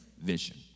vision